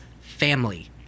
family